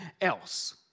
else